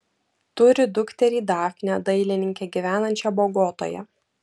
turi dukterį dafnę dailininkę gyvenančią bogotoje